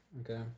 okay